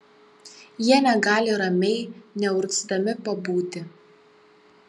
jie negali ramiai neurgzdami pabūti